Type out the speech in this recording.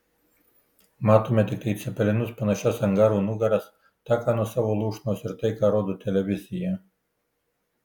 matome tiktai į cepelinus panašias angarų nugaras taką nuo savo lūšnos ir tai ką rodo televizija